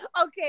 Okay